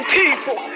people